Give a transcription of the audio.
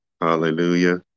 Hallelujah